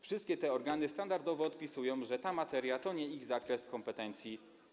Wszystkie te organy standardowo odpisują, że ta materia to nie ich zakres kompetencji.